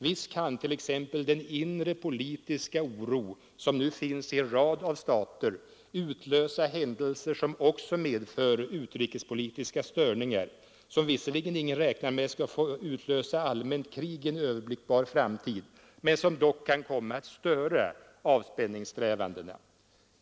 Visst kan t.ex. den inre politiska oro som nu finns i en rad av stater utlösa händelser som också medför utrikespolitiska störningar, som visserligen ingen räknar med skall få utlösa allmänt krig i en överblickbar framtid, men som dock kan komma att störa avspänningssträvandena.